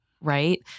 right